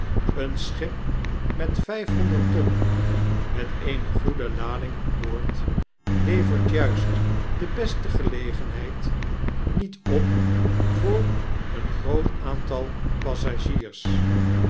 een schip met vyfhonderd tonnen met eene goede lading aan boord levert juist de beste gelegenheid niet op voor een groot aantal passagiers